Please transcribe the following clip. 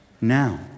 Now